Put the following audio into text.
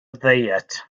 ddiet